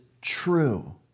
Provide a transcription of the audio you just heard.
true